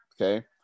okay